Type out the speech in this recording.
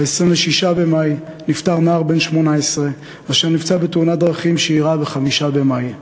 ב-26 במאי נפטר נער בן 18 אשר נפצע בתאונת דרכים שאירעה ב-5 במאי.